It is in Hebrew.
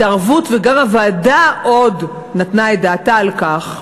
וגם הוועדה נתנה את דעתה על כך,